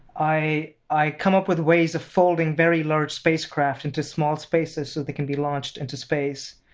i i come up with ways of folding very large spacecraft into small spaces so they can be launched into space,